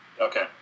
Okay